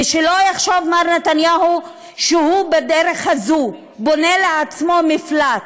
ושלא יחשוב מר נתניהו שבדרך הזאת הוא בונה לעצמו מפלט,